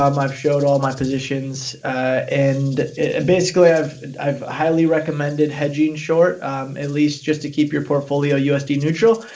um i've showed all my positions and basically i've i've highly recommended hedging short at least just to keep your portfolio usd neutral.